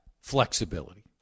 flexibility